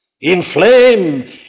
inflame